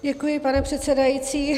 Děkuji, pane předsedající.